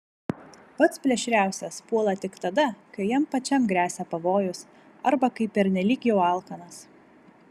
pats plėšriausias puola tik tada kai jam pačiam gresia pavojus arba kai pernelyg jau alkanas